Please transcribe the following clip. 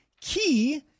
Key